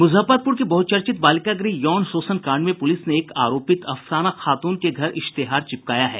मुजफ्फरपुर के बहुचर्चित बालिका गृह यौन शोषण कांड में पुलिस ने एक आरोपित अफसाना खातून के घर इश्तेहार चिपकाया है